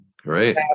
great